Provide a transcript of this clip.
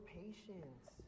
patience